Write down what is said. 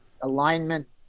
alignment